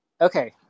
Okay